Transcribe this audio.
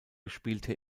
spielte